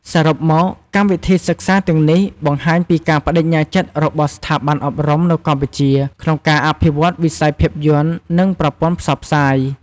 សរុបមក កម្មវិធីសិក្សាទាំងនេះបង្ហាញពីការប្តេជ្ញាចិត្តរបស់ស្ថាប័នអប់រំនៅកម្ពុជាក្នុងការអភិវឌ្ឍវិស័យភាពយន្ត និងប្រព័ន្ធផ្សព្វផ្សាយ។